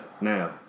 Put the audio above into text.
now